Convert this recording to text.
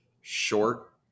short